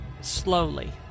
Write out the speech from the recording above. slowly